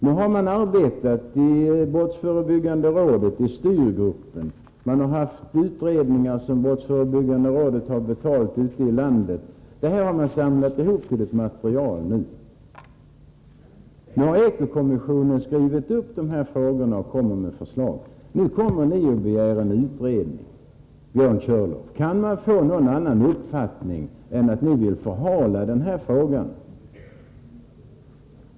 Nu har man arbetat i BRÅ, i styrgruppen, och det har utförts utredningar ute i landet som BRÅ har betalat. Detta har samlats ihop till ett material. Eko-kommissionen har gjort en sammanställning och kommer med ett förslag. Och då, Björn Körlof, kommer ni och begär en utredning. Kan man av det få någon annan uppfattning än att ni vill förhala frågan?